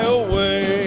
away